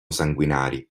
sanguinari